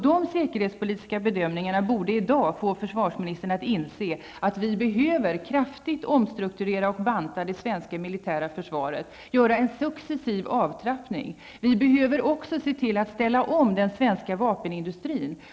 Dessa säkerhetspolitiska bedömningar borde i dag få försvarsministern att inse att vi behöver kraftigt omstrukturera och banta det svenska militära försvaret, göra en successiv avtrappning. Vi behöver också se till att den svenska vapenindustrin ställs om.